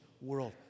world